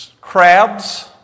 crabs